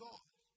God